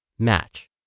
Match